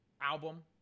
album